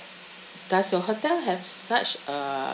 does your hotel have such uh